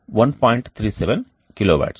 37 kilowatts